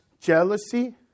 jealousy